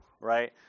right